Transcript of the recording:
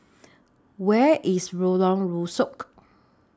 Where IS Lorong Rusuk